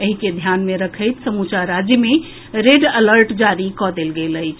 एहि के ध्यान में रखैत समूचा राज्य मे रेड अलर्ट जारी कऽ देल गेल अछि